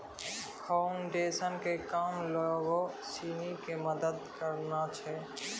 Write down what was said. foundation के काम लोगो सिनी के मदत करनाय छै